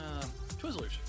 Twizzlers